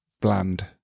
bland